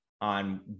on